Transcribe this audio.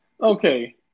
Okay